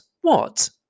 what